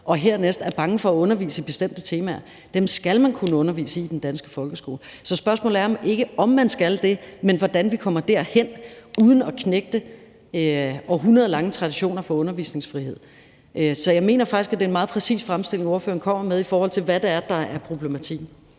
og desuden er bange for at undervise i bestemte temaer. Dem skal man kunne undervise i i den danske folkeskole. Så spørgsmålet er ikke, om man skal det, men hvordan vi kommer derhen uden at knægte århundreder lange traditioner for undervisningsfrihed. Så jeg mener faktisk, at det er en meget præcis fremstilling, ordføreren kommer med, i forhold til hvad der er problematikken.